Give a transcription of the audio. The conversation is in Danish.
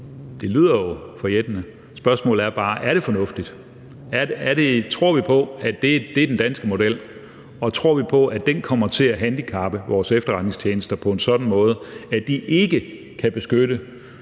Det lyder jo forjættende. Spørgsmålet er bare: Er det fornuftigt? Tror vi på, at det er den danske model? Og tror vi på, at den kommer til at handicappe vores efterretningstjenester på en sådan måde, at de ikke kan beskytte